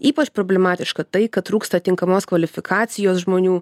ypač problematiška tai kad trūksta tinkamos kvalifikacijos žmonių